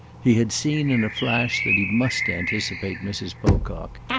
he had seen in a flash that he must anticipate mrs. pocock.